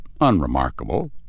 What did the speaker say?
unremarkable